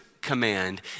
command